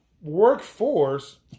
workforce